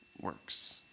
works